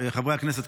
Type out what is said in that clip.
חברי הכנסת,